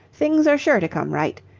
things are sure to come right.